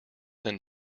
than